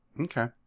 Okay